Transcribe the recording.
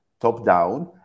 top-down